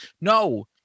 No